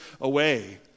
away